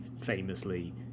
famously